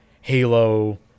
Halo